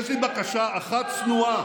יש לי בקשה אחת צנועה,